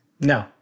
No